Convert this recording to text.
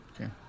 Okay